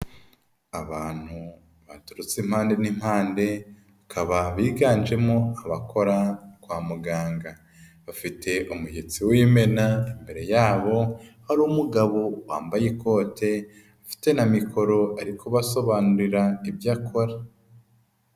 Abantu baturutse impande n'impande, bakaba biganjemo abakora kwa muganga; bafite umushyitsi w'imena imbere yabo, hari umugabo wambaye ikote ufite na mikoro ari kubasobanurira ibyo akora.